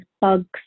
bugs